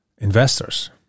Investors